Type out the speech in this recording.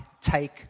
take